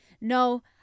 no